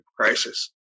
crisis